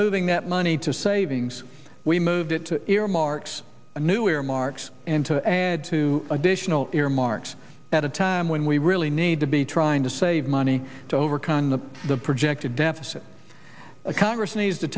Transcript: moving that money to savings we moved it to earmarks and new earmarks and to add two additional earmarks at a time when we really need to be trying to save money to overcome the the projected deficit a congress needs to